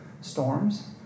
storms